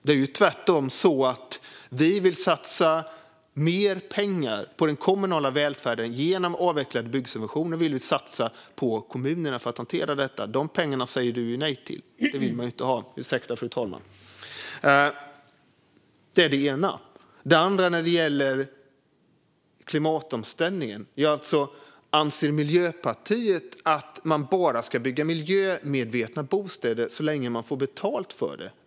Vi vill tvärtom satsa mer pengar på den kommunala välfärden. Genom avvecklade byggsubventioner vill vi satsa på kommunerna för att hantera detta. Dessa pengar säger du nej till, dem vill du inte ha. Det var det ena jag ville ta upp. Det andra gäller klimatomställningen. Anser Miljöpartiet att man ska bygga bostäder miljömedvetet bara så länge man får betalt för det?